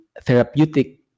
therapeutic